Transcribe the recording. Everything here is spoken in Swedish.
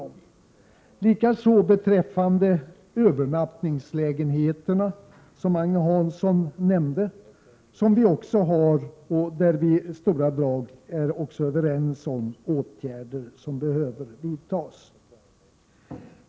Agne Hansson nämnde också övernattningslägenheterna. Även här är vi istort sett överens om vilka åtgärder som behöver vidtas.